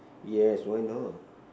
yes why not